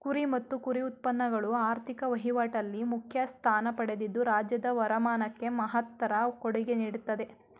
ಕುರಿ ಮತ್ತು ಕುರಿ ಉತ್ಪನ್ನಗಳು ಆರ್ಥಿಕ ವಹಿವಾಟಲ್ಲಿ ಮುಖ್ಯ ಸ್ಥಾನ ಪಡೆದಿದ್ದು ರಾಜ್ಯದ ವರಮಾನಕ್ಕೆ ಮಹತ್ತರ ಕೊಡುಗೆ ನೀಡ್ತಿದೆ